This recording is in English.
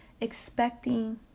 expecting